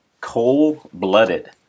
cold-blooded